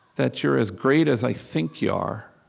that you're as great as i think you are